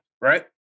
right